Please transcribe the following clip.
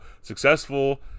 Successful